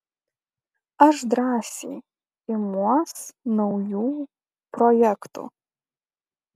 aš drąsiai imuos naujų projektų